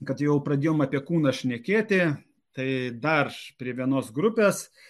kad jau pradėjom apie kūną šnekėti tai dar prie vienos grupės